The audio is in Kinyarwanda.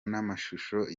n’amashusho